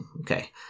Okay